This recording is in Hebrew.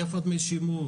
איפה דמי השימוש,